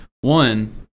One—